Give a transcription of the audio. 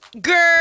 Girl